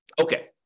Okay